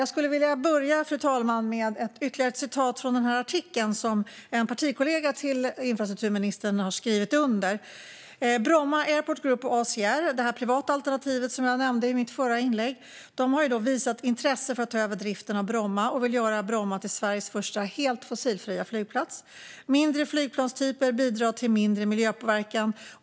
Jag skulle vilja börja med ytterligare ett citat ur den artikel som en partikollega till infrastrukturministern har skrivit under: "Bromma Airport Group och ACR, det privata alternativ som nu visar intresse för att ta över driften av Bromma . vill göra Bomma till Sveriges första helt fossilfria flygplats. Mindre flygplanstyper bidrar till mindre miljöpåverkan.